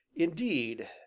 indeed,